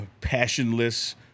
Passionless